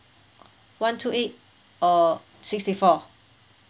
one two eight or sixty four